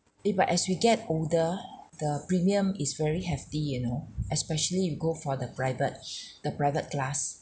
if uh as we get older the premium is very hefty you know especially if you go for the private the private class